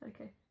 Okay